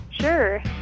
sure